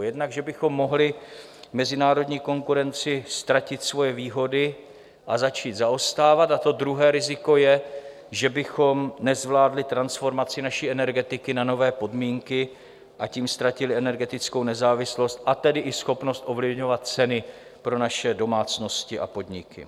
Jednak že bychom mohli v mezinárodní konkurenci ztratit svoje výhody a začít zaostávat, a to druhé riziko je, že bychom nezvládli transformaci naší energetiky na nové podmínky a tím ztratili energetickou nezávislost, a tedy i schopnost ovlivňovat ceny pro naše domácnosti a podniky.